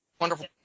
wonderful